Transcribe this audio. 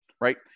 right